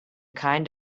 kind